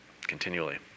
continually